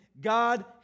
God